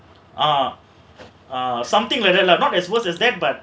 ah something like that lah not as much as that but